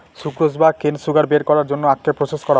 sucrose বা কেন sugar বের করার জন্য আখকে প্রসেস করা হয়